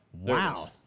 Wow